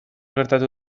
gertatu